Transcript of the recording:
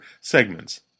segments